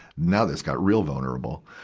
now this got real vulnerable.